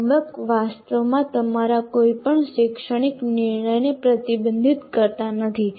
framework વાસ્તવમાં તમારા કોઈપણ શૈક્ષણિક નિર્ણયને પ્રતિબંધિત કરતા નથી